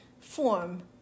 form